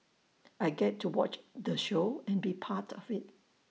I get to watch the show and be part of IT